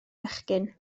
fechgyn